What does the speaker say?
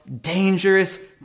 Dangerous